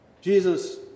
Jesus